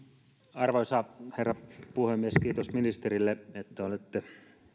arvoisa herra puhemies kiitos ministerille että olette